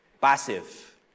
passive